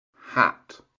hat